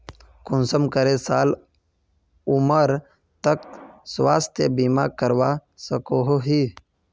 कुंसम करे साल उमर तक स्वास्थ्य बीमा करवा सकोहो ही?